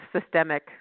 systemic